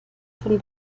von